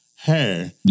hair